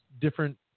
Different